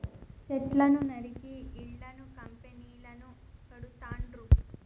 చెట్లను నరికి ఇళ్లను కంపెనీలను కడుతాండ్రు